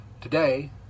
Today